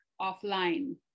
offline